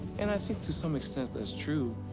and i think to some extent that's true,